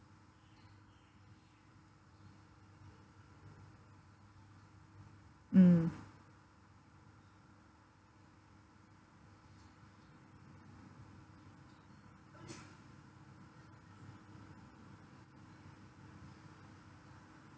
mm